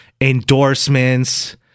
endorsements